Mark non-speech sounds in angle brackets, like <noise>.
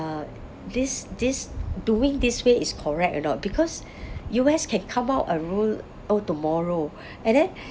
uh this this doing this way is correct or not because <breath> U_S can come out a rule oh tomorrow <breath> and then